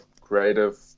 creative